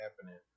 happening